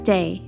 Day